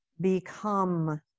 become